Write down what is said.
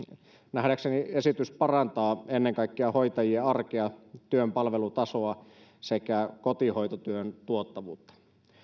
nähdäkseni esitys parantaa ennen kaikkea hoitajien arkea työn palvelutasoa sekä kotihoitotyön tuottavuutta